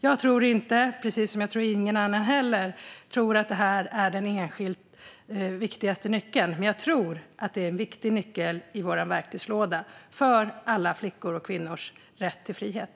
Jag tror inte, och det gör nog ingen annan heller, att detta är den enskilt viktigaste nyckeln, men jag tror att det är en viktig nyckel i vår verktygslåda för alla flickors och kvinnors rätt till frihet.